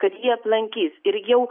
kad jį aplankys ir jau